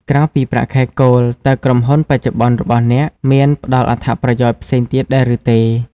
ក្រៅពីប្រាក់ខែគោល តើក្រុមហ៊ុនបច្ចុប្បន្នរបស់អ្នកមានផ្តល់អត្ថប្រយោជន៍ផ្សេងទៀតដែរឬទេ?